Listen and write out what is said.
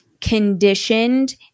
conditioned